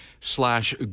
slash